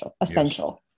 essential